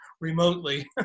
remotely